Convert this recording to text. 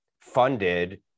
funded